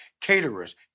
caterers